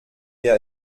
wir